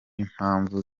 n’impamvu